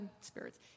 spirits